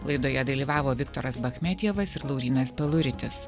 laidoje dalyvavo viktoras bachmetjevas ir laurynas peluritis